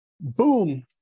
Boom